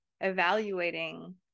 evaluating